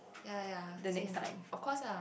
ya ya same of course lah